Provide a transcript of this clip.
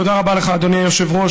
תודה רבה לך, אדוני היושב-ראש.